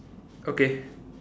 okay